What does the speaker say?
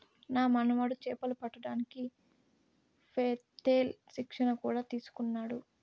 నా మనుమడు చేపలు పట్టడానికి పెత్తేల్ శిక్షణ కూడా తీసుకున్నాడు